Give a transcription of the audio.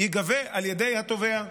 ייגבה על ידי התובע,